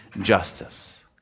justice